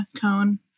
cone